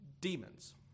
demons